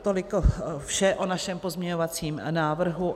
Toliko vše o našem pozměňovacím návrhu.